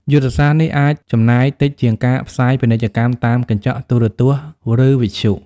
យុទ្ធសាស្ត្រនេះអាចចំណាយតិចជាងការផ្សាយពាណិជ្ជកម្មតាមកញ្ចក់ទូរទស្សន៍ ឬវិទ្យុ។